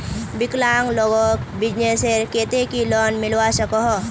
विकलांग लोगोक बिजनेसर केते की लोन मिलवा सकोहो?